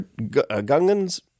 gungans